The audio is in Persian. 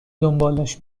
دنبالش